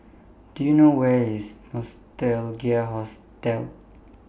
Do YOU know Where IS Nostalgia Hostel